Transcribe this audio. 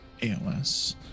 aos